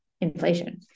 inflation